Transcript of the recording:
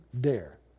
dare